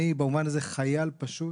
אני במובן הזה חייל פשוט